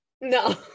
no